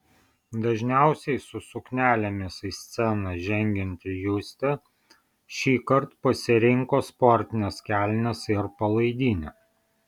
dažniausiai su suknelėmis į sceną žengianti justė šįkart pasirinko sportines kelnes ir palaidinę